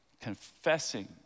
confessing